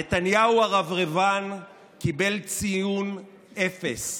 נתניהו הרברבן קיבל ציון אפס: